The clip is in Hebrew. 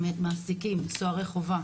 מעסיקים סוהרי חובה,